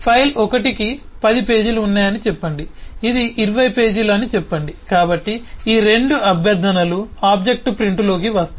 file 1 కి 10 పేజీలు ఉన్నాయని చెప్పండి ఇది 20 పేజీలు అని చెప్పండి కాబట్టి ఈ రెండు అభ్యర్థనలు ఆబ్జెక్ట్ ప్రింట్లోకి వస్తాయి